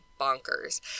bonkers